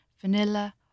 vanilla